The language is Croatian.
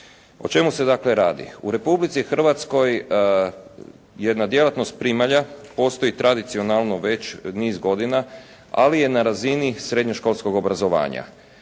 O čemu se dakle radi? U Republici Hrvatskoj jedna djelatnost primalja postoji tradicionalno već niz godina ali je na razini srednjoškolskog obrazovanja.